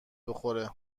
بخوره